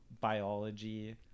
biology